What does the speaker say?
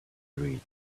read